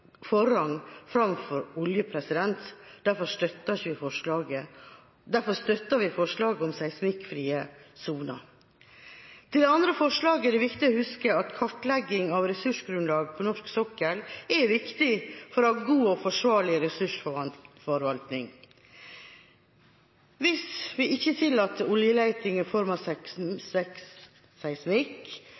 forrang framfor olje. Derfor støtter vi forslaget om seismikkfrie soner. Til det andre forslaget er det viktig å huske at kartlegging av ressursgrunnlaget på norsk sokkel er viktig for å ha en god og forsvarlig ressursforvaltning. Hvis vi ikke tillater oljeleting i